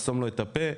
לחסום לו את הפה,